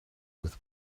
with